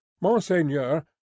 Monseigneur